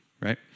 right